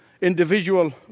individual